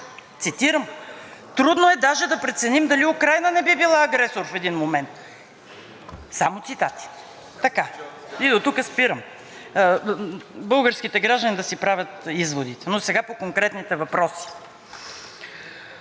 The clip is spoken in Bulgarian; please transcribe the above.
и дотук спирам. Българските граждани да си правят изводите. Сега по конкретните въпроси. Износът на оръжие – рекордният, по време на правителството на Петков и докато аз съм министър на икономиката и индустрията.